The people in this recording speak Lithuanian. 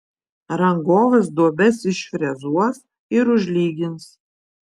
rangovas duobes išfrezuos ir užlygins